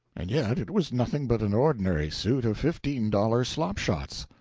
and yet it was nothing but an ordinary suit of fifteen-dollar slop-shops.